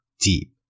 deep